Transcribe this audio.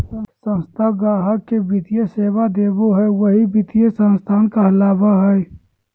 संस्था गाहक़ के वित्तीय सेवा देबो हय वही वित्तीय संस्थान कहलावय हय